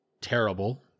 terrible